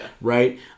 right